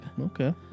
Okay